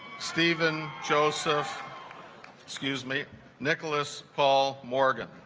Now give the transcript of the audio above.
stephen joseph excuse me nicolas paul morgan